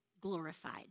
glorified